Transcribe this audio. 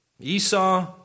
Esau